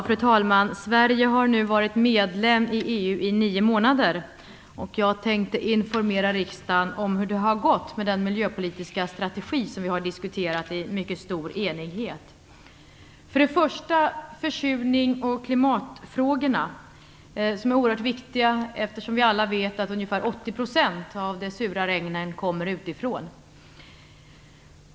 Fru talman! Sverige har nu varit medlem i EU i nio månader. Jag tänkte informera riksdagen om hur det har gått med den miljöpolitiska strategi som vi i mycket stor enighet har bestämt oss för. Den första punkten gäller försurnings och klimatfrågorna. De är oerhört viktiga - vi vet alla att ungefär 80 % av de sura regnen kommer utifrån.